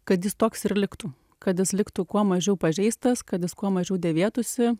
kad jis toks ir liktų kad jis liktų kuo mažiau pažeistas kad jis kuo mažiau dėvėtųsi